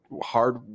hard